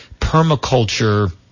permaculture